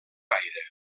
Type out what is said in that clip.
gaire